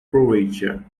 croatia